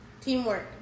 Teamwork